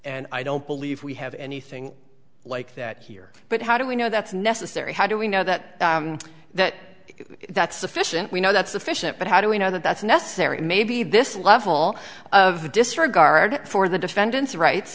and i don't believe we have anything like that here but how do we know that's necessary how do we know that that that's sufficient we know that sufficient but how do we know that that's necessary maybe this level of the disregard for the defendant's right